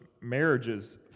marriages